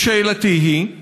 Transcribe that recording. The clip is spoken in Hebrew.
ושאלתי היא: